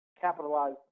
capitalize